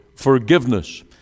forgiveness